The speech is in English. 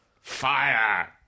Fire